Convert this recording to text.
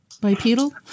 Bipedal